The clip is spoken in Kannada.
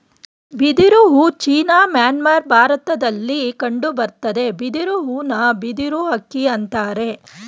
ಬಿದಿರು ಹೂ ಚೀನಾ ಮ್ಯಾನ್ಮಾರ್ ಭಾರತದಲ್ಲಿ ಕಂಡುಬರ್ತದೆ ಬಿದಿರು ಹೂನ ಬಿದಿರು ಅಕ್ಕಿ ಅಂತರೆ